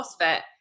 crossfit